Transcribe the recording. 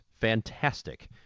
fantastic